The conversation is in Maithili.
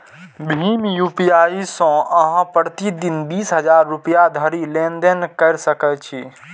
भीम यू.पी.आई सं अहां प्रति दिन बीस हजार रुपैया धरि लेनदेन कैर सकै छी